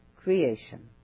creation